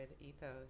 ethos